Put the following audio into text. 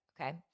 okay